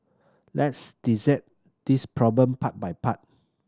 let's this problem part by part